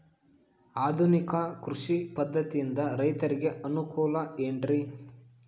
ಆಧುನಿಕ ಕೃಷಿ ಪದ್ಧತಿಯಿಂದ ರೈತರಿಗೆ ಅನುಕೂಲ ಏನ್ರಿ?